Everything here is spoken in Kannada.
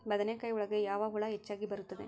ಬದನೆಕಾಯಿ ಒಳಗೆ ಯಾವ ಹುಳ ಹೆಚ್ಚಾಗಿ ಬರುತ್ತದೆ?